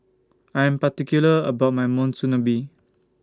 I'm particular about My Monsunabe